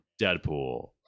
Deadpool